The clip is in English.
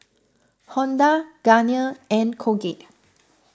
Honda Garnier and Colgate